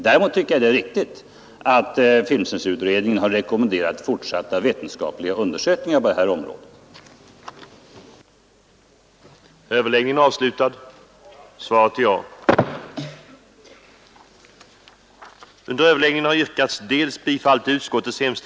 Däremot tycker jag precis som filmcensurutredningen har rekommenderat, att det är viktigt med fortsatta vetenskapliga undersökningar på detta område. dels besluta att kostnaderna för de under punkt 1 i statsrådsprotokollet angivna utredningarna skulle stanna slutligt på kyrkofonden,